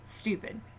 stupid